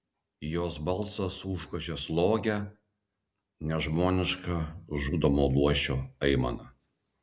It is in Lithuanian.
jos balsas užgožė slogią nežmonišką žudomo luošio aimaną